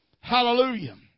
Hallelujah